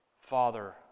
Father